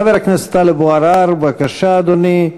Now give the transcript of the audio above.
חבר הכנסת טלב אבו עראר, בבקשה, אדוני,